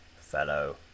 fellow